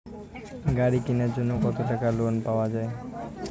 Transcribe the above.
গাড়ি কিনার জন্যে কতো টাকা লোন পাওয়া য়ায়?